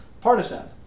partisan